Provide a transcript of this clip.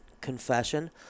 confession